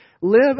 Live